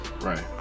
right